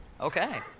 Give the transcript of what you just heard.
Okay